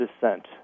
descent